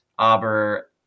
aber